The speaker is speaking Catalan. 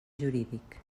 jurídic